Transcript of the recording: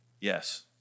Yes